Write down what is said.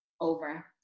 Over